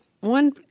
one